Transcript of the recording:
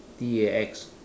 T A X